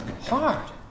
hard